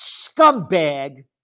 scumbag